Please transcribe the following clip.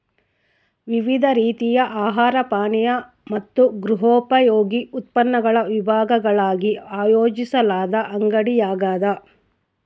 ವಿವಿಧ ರೀತಿಯ ಆಹಾರ ಪಾನೀಯ ಮತ್ತು ಗೃಹೋಪಯೋಗಿ ಉತ್ಪನ್ನಗಳ ವಿಭಾಗಗಳಾಗಿ ಆಯೋಜಿಸಲಾದ ಅಂಗಡಿಯಾಗ್ಯದ